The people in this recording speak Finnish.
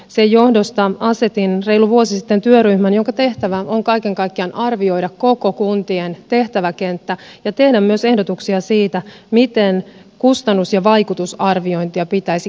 sen johdosta asetin reilu vuosi sitten työryhmän jonka tehtävä on kaiken kaikkiaan arvioida koko kuntien tehtäväkenttä ja tehdä myös ehdotuksia siitä miten kustannus ja vaikutusarviointia pitäisi kehittää